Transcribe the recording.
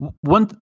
one